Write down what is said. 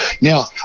Now